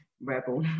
Rebel